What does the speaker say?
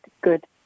good